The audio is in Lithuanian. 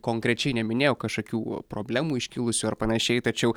konkrečiai neminėjo kažkokių problemų iškilusių ar panašiai tačiau